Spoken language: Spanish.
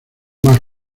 más